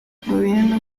provienen